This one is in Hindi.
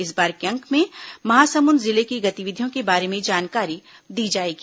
इस बार के अंक में महासमुंद जिले की गतिविधियों के बारे में जानकारी दी जाएगी